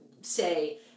say